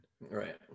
Right